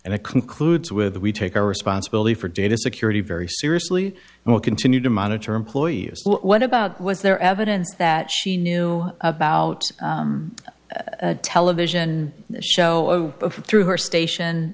and it concludes with we take our responsibility for data security very seriously and will continue to monitor employees what about was there evidence that she knew about a television show through her station